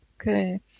Okay